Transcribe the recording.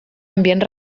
ambient